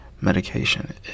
Medication